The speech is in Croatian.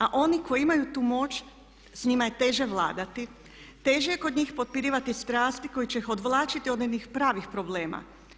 A oni koji imaju tu moć s njima je teže vladati, teže je kod njih potpirivati strasti koje će ih odvlačiti od onih pravih problema.